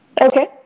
Okay